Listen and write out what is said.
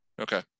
Okay